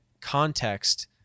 context